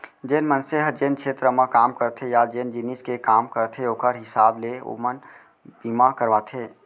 जेन मनसे ह जेन छेत्र म काम करथे या जेन जिनिस के काम करथे ओकर हिसाब ले ओमन बीमा करवाथें